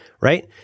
right